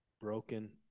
broken